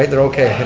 right. they're okay.